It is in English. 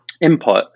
input